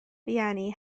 rhieni